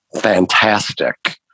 fantastic